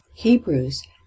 hebrews